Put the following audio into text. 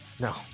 no